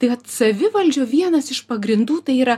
tai vat savivaldžio vienas iš pagrindų tai yra